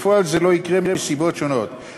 בפועל זה לא יקרה מסיבות שונות,